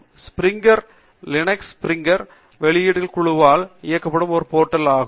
Springer links Springer வெளியீட்டுக் குழுவால் இயக்கப்படும் ஒரு போர்டல் ஆகும்